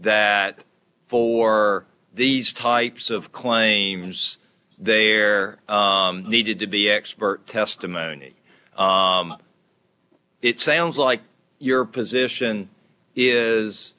that for these types of claims there needed to be expert testimony it sounds like your position is